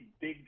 big